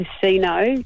casino